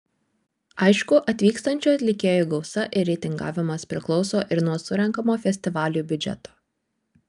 aišku atvykstančių atlikėjų gausa ir reitingavimas priklauso ir nuo surenkamo festivaliui biudžeto